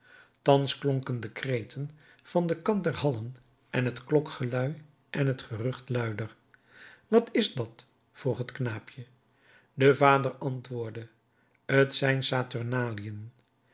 thans klonken de kreten van den kant der hallen en het klokgelui en het gerucht luider wat is dat vroeg het knaapje de vader antwoordde t zijn